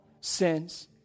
sins